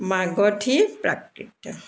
Magadhi Prakrit